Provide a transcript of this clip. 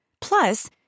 Plus